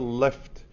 left